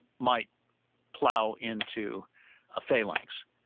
might plow into a phalanx,